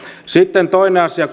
sitten toinen asia